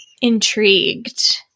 intrigued